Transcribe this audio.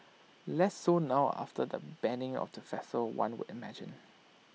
less so now after the banning of the festival one would imagine